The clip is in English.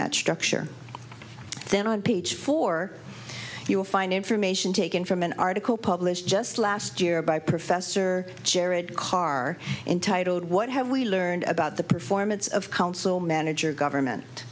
that structure then on peach four you'll find information taken from an article published just last year by professor jared carr entitled what have we learned about the performance of council manager government